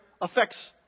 affects